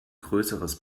größeres